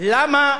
למה